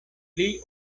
pli